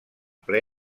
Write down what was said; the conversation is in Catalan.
ple